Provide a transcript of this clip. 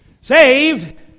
Saved